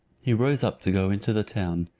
he rose up to go into the town,